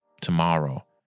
tomorrow